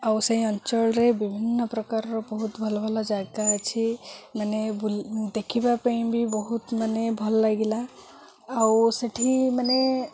ଆଉ ସେଇ ଅଞ୍ଚଳରେ ବିଭିନ୍ନ ପ୍ରକାରର ବହୁତ ଭଲ ଭଲ ଜାଗା ଅଛି ମାନେ ଦେଖିବା ପାଇଁ ବି ବହୁତ ମାନେ ଭଲ ଲାଗିଲା ଆଉ ସେଇଠି ମାନେ